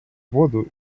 воду